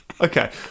Okay